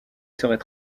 serait